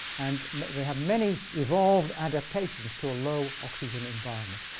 and they have many evolved adaptations to low oxygen environment.